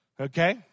Okay